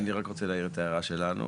אני רק רוצה להעיר את ההערה שלנו.